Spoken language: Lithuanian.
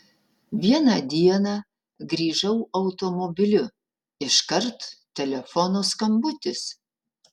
vieną dieną grįžau automobiliu iškart telefono skambutis